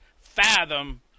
fathom